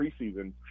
preseason